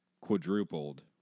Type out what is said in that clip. quadrupled